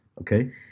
okay